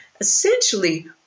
essentially